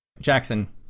Jackson